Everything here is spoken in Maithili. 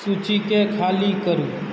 सूचीके खाली करू